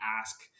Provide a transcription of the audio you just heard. ask